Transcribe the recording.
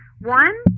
One